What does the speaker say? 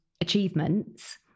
achievements